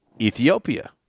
Ethiopia